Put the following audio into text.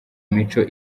mico